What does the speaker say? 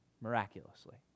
Miraculously